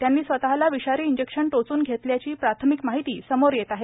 त्यांनी स्वतःला विषारी इंजेक्शन टोचून घेतल्याची प्राथमिक माहिती समोर येत आहे